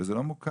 וזה לא מוכר,